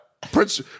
Prince